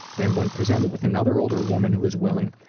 then when presented with another older woman who is willing,